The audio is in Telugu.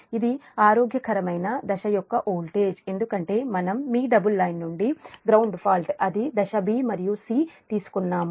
ఇది ఆరోగ్యకరమైన దశ యొక్క వోల్టేజ్ ఎందుకంటే మనం మీ డబుల్ లైన్ నుండి గ్రౌండ్ ఫాల్ట్ అది దశ b మరియు c తీసుకున్నాము